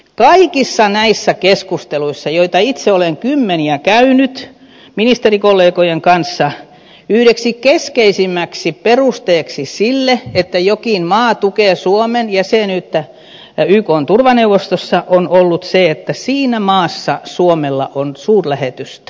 kaikissa näissä keskusteluissa joita itse olen käynyt ministerikollegojen kanssa kymmeniä yhdeksi keskeisimmäksi perusteeksi sille että jokin maa tukee suomen jäsenyyttä ykn turvaneuvostossa on noussut se että siinä maassa suomella on suurlähetystö